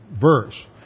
verse